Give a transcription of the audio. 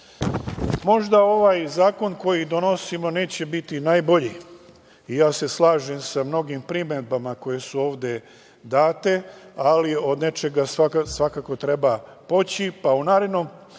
ovaj zakon koji donosimo neće biti najbolji i ja se slažem sa mnogim primedbama koje su ovde date, ali od nečega svakako treba poći, pa u narednom